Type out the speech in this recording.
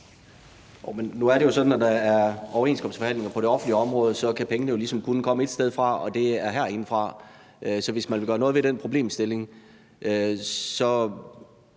nu er det jo sådan, at når der er overenskomstforhandlinger på det offentlige område, kan pengene ligesom kun komme et sted fra, og det er herindefra. Så hvis man vil gøre noget ved den problemstilling,